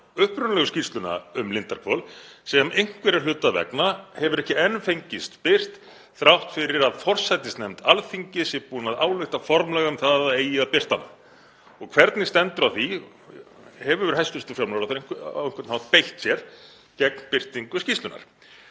upprunalegu skýrsluna um Lindarhvol sem einhverra hluta vegna hefur ekki enn fengist birt þrátt fyrir að forsætisnefnd Alþingis sé búin að álykta formlega um að það eigi að birta hana. Hvernig stendur á því? Hefur hæstv. fjármálaráðherra á einhvern hátt beitt sér gegn birtingu skýrslunnar?